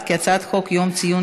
ההצעה להעביר את הצעת חוק יום ציון